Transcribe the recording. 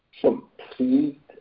complete